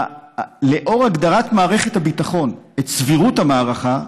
לאור הגדרת מערכת הביטחון את סבירות המערכה,